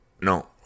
No